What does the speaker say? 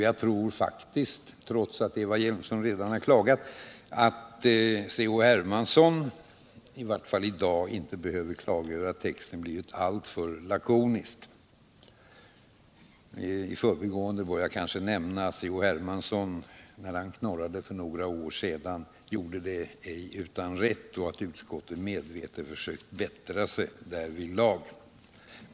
Jag tror dock — trots att Eva Hjelmström redan har klagat — att C.-H. Hermansson i varje fall i dag inte behöver klaga över att texten blivit alltför lakonisk. I förbigående bör jag kanske nämna att C.-H. Hermansson när han knorrade för några år sedan gjorde det ej utan rätt och att utskottet medvetet försökt bättra sig därvidlag.